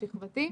מפגש שכבתי,